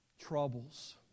troubles